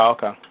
Okay